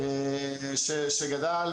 שגדל,